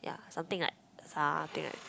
ya something like something like